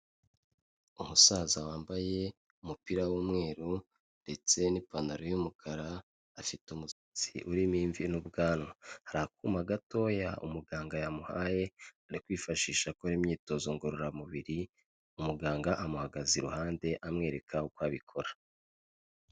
Umusaza wambaye umupira w'umweru ndetse n'ipantaro y'umukara, afite umusatsi urimo imvi n'ubwanwa, hari akuma gatoya umuganga yamuhaye ari kwifashisha akora imyitozo ngororamubiri, umuganga amuhagaze iruhande amwereka uko abikora.